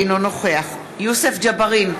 אינו נוכח יוסף ג'בארין,